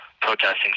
protesting